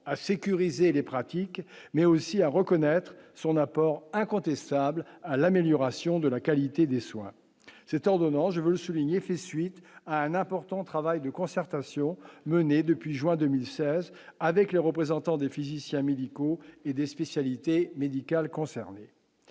à sécuriser les pratiques mais aussi à reconnaître son apport incontestable à l'amélioration de la qualité des soins, c'est en donnant, je veux souligner, fait suite à un important travail de concertation menée depuis juin 2016 avec les représentants des physiciens médicaux et des spécialités médicales concernées,